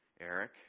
Eric